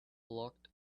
looked